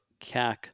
CAC